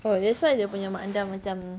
oh that's why dia punya mak andam macam